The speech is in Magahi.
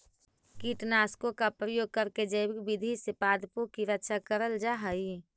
कीटनाशकों का प्रयोग करके जैविक विधि से पादपों की रक्षा करल जा हई